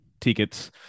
tickets